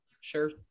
sure